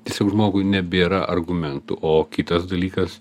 tiesiog žmogui nebėra argumentų o kitas dalykas